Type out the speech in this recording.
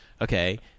Okay